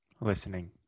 Listening